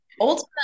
Ultimately